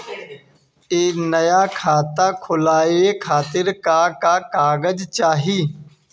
नया खाता खुलवाए खातिर का का कागज चाहीं?